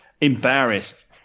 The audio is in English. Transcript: embarrassed